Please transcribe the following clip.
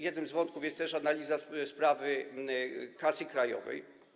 Jednym z wątków jest też analiza sprawy Kasy Krajowej.